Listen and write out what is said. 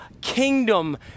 kingdom